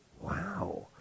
Wow